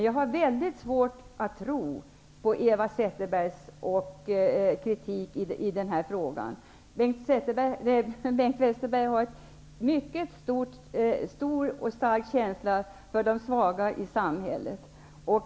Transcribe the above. Jag har mycket svårt att tro på Eva Zetterbergs kritik i denna fråga. Bengt Westerberg har en mycket stor och stark känsla för de svaga i samhället.